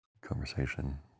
conversation